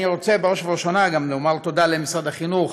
בראש ובראשונה אני רוצה לומר תודה למשרד החינוך